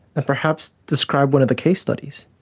and perhaps describe one of the case studies?